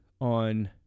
on